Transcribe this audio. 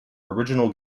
original